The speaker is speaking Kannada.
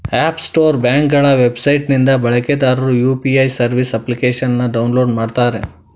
ಆಪ್ ಸ್ಟೋರ್ ಬ್ಯಾಂಕ್ಗಳ ವೆಬ್ಸೈಟ್ ನಿಂದ ಬಳಕೆದಾರರು ಯು.ಪಿ.ಐ ಸರ್ವಿಸ್ ಅಪ್ಲಿಕೇಶನ್ನ ಡೌನ್ಲೋಡ್ ಮಾಡುತ್ತಾರೆ